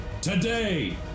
Today